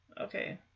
Okay